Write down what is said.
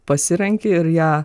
pasirenki ir ją